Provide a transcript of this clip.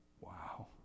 Wow